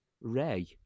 Ray